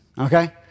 Okay